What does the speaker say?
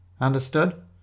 Understood